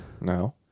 No